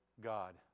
God